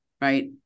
right